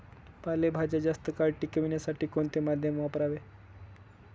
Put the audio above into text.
पालेभाज्या जास्त काळ टिकवण्यासाठी कोणते माध्यम वापरावे?